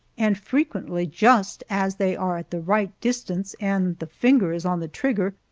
and frequently just as they are at the right distance and the finger is on the trigger,